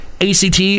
ACT